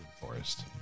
forest